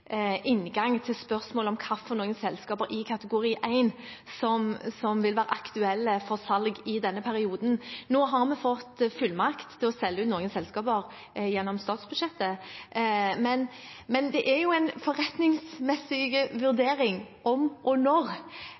inngang til spørsmålet om hvilke selskaper i kategori 1 som vil være aktuelle for salg i denne perioden. Nå har vi gjennom statsbudsjettet fått fullmakt til å selge noen selskaper, men det er jo en forretningsmessig vurdering om og når